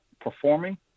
performing